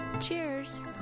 Cheers